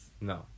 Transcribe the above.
No